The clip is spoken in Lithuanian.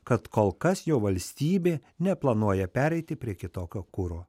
kad kol kas jo valstybė neplanuoja pereiti prie kitokio kuro